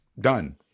done